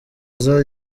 aza